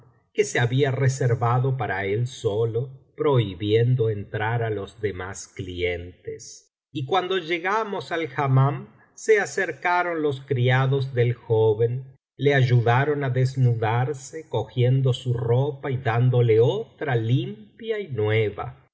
que se había reservado para él solo prohibiendo entrar á los demás clientes y cuando llegamos al hammam se acercaron los criados del joven le ayudaron á desnudarse cogiendo su ropa y dándole otra limpia y nueva